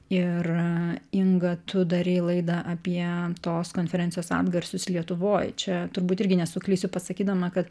ir inga tu darei laidą apie tos konferencijos atgarsius lietuvoj čia turbūt irgi nesuklysiu pasakydama kad